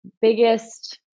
biggest –